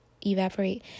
evaporate